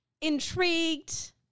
intrigued